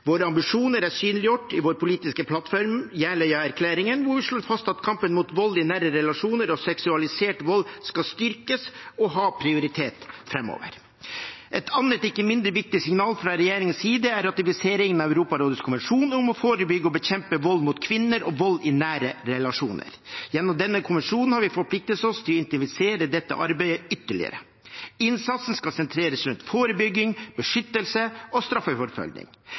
Våre ambisjoner er synliggjort i vår politiske plattform, Jeløya-erklæringen, hvor vi slår fast at kampen mot vold i nære relasjoner og seksualisert vold skal styrkes og ha prioritet framover. Et annet, ikke mindre viktig signal fra regjeringens side er ratifiseringen av Europarådets konvensjon om å forebygge og bekjempe vold mot kvinner og vold i nære relasjoner. Gjennom denne konvensjonen har vi forpliktet oss til å intensivere dette arbeidet ytterligere. Innsatsen skal sentreres rundt forebygging, beskyttelse og